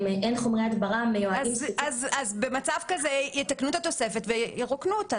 אז במצב כזה יתקנו את התוספת וירוקנו אותה,